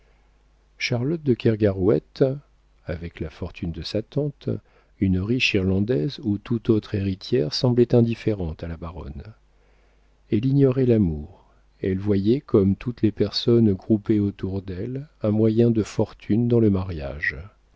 charlotte de kergarouët avec la fortune de sa tante une riche irlandaise ou toute autre héritière semblait indifférente à la baronne elle ignorait l'amour elle voyait comme toutes les personnes groupées autour d'elle un moyen de fortune dans le mariage